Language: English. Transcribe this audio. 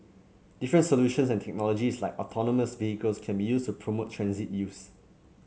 different solutions and technologies like autonomous vehicles can be used to promote transit use